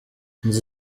inzu